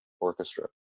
orchestra